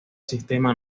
sistema